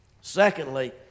Secondly